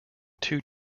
two